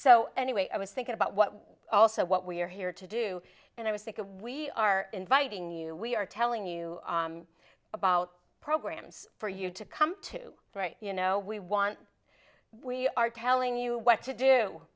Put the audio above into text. so anyway i was thinking about what also what we're here to do and i was sick of we are inviting you we are telling you about programs for you to come to write you know we want we are telling you what to do